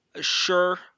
sure